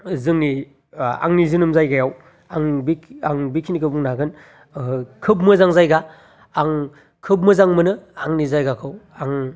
जोंनि आंनि जोनोम जायगायाव आं बे आं बेखिनिखौ बुंनो हागोन खोब मोजां जायगा आं मोजां मोनो आंनि जायगाखौ आं